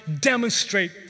demonstrate